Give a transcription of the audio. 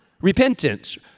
repentance